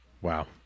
Wow